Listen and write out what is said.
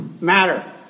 matter